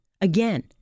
Again